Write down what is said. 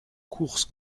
courses